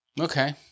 Okay